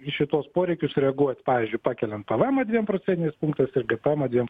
į šituos poreikius reaguot pavyzdžiui pakeliant pvmą dviem procentiniais punktais ir gpm dviem